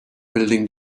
building